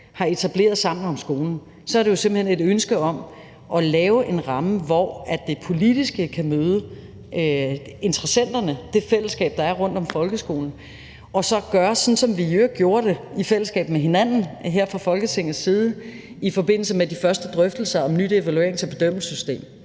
har etableret Sammen om skolen, er det jo simpelt hen et ønske om at lave en ramme, hvor det politiske kan møde interessenterne og det fællesskab, der er rundt om folkeskolen, og så gøre sådan, som vi i øvrigt gjorde det i fællesskab med hinanden her fra Folketingets side i forbindelse med de første drøftelser om et nyt evaluerings- og bedømmelsessystem.